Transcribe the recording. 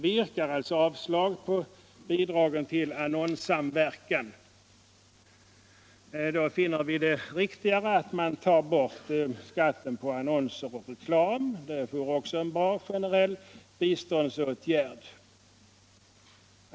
Vi yrkar alltså avslag på bidragen till annonssamverkan och finner det riktigare att ta bort skatten på annonser och reklam — det vore en bra generell biståndsåtgärd.